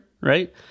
right